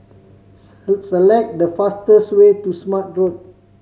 select the fastest way to Smart Road